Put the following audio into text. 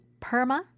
perma